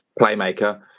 playmaker